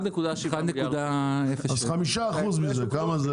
1.7 מיליארד --- אז 5% מזה, כמה זה?